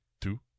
two